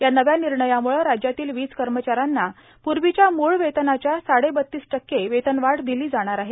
या नव्या निर्णयामुळे राज्यातील वीज कर्मचाऱ्यांना पूर्वीच्या मूळवेतनाच्या साडे बतीस टक्के वेतनवाढ दिली जाणार आहे